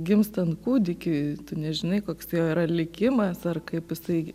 gimstant kūdikiui tu nežinai koks jo yra likimas ar kaip jisai